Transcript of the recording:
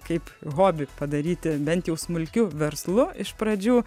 kaip hobį padaryti bent jau smulkiu verslu iš pradžių